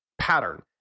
pattern